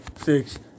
Six